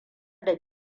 da